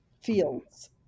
fields